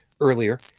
earlier